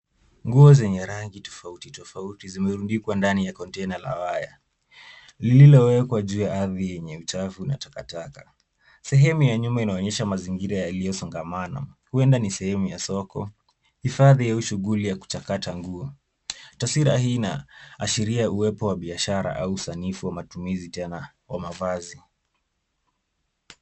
Nguo zenye rangi tofauti tofauti zimerundikwa ndani ya kontena la waya lililowekwa juu ya ardhi yenye uchafu na takataka. Sehemu ya nyuma inaonyesha mazingira yaliyosongamana huenda ni sehemu ya soko, hifadhi au shughuli ya kuchakata nguo. Taswira hii inaashiria uwepo wa biashara au usanifu wa matumizi tena wa mavazi.